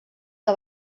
que